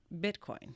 Bitcoin